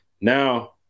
Now